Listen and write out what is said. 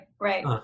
right